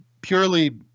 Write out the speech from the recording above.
purely